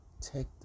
Take